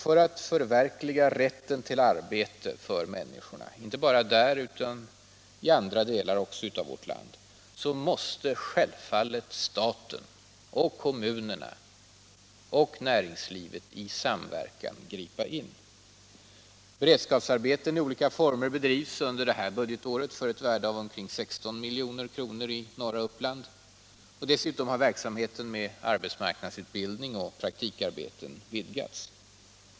För att förverkliga rätten till arbete för människorna — inte bara där utan i alla delar av vårt land — måste självfallet staten, kommunerna och näringslivet samverka. Beredskapsarbeten i olika former bedrivs under det här budgetåret i norra Uppland för ett värde av ungefär 16 milj.kr. Dessutom har verksamheten med arbetsmarknadsutbildning och praktikarbete vidgats.